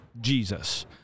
Jesus